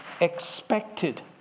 expected